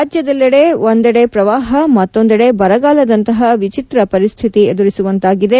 ರಾಜ್ಯದಲ್ಲಿ ಒಂದೆಡೆ ಪ್ರವಾಹ ಮತ್ತೊಂದೆಡೆ ಬರಗಾಲದಂತಹ ವಿಚಿತ್ರ ಪರಿಸ್ತಿತಿ ಎದುರಿಸುವಂತಾಗಿದೆ